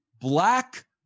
black